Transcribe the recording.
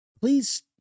Please